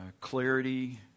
clarity